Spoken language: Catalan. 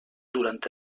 durant